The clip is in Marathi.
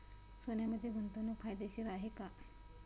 सोन्यामध्ये गुंतवणूक फायदेशीर आहे का?